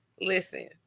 Listen